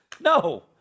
No